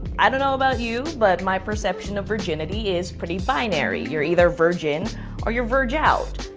i don't know about you, but my perception of virginity is pretty binary. you're either virgin or you're virg-out.